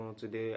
Today